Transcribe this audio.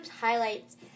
Highlights